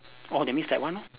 orh that means that one lah